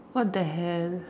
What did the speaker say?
what the hell